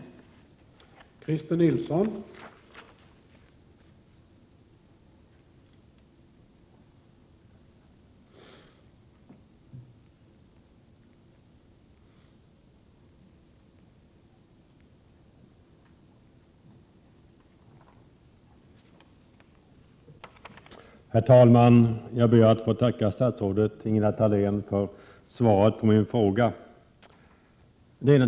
Om kompensation åt